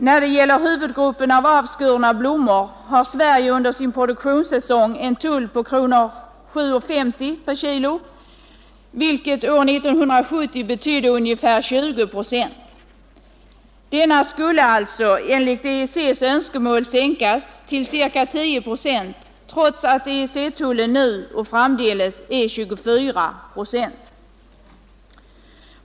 När det gäller huvudgruppen av avskurna blommor har Sverige under sin produktionssäsong en tull på 7:50 kronor per kilogram, vilket år 1970 betydde ungefär 20 procent. Denna skulle alltså enligt EEC:s önskemål sänkas till ca 10 procent, trots att EEC-tullen nu och framdeles är 24 procent.